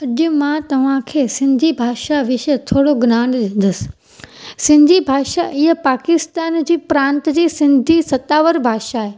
अॼु मां तव्हां खे सिंधी भाषा विषय थोरो ज्ञान ॾींदसि सिंधी भाषा इहा पाकिस्तान जी प्रांत जी सिंधी सतावर भाषा आहे